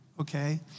okay